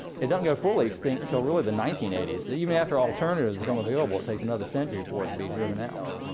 it doesn't go fully extinct till really the nineteen eighty s. so even after alternative become available, it takes another century for it to be driven out.